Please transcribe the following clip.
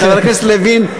חבר הכנסת לוין,